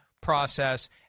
process